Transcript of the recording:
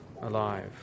alive